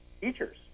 teachers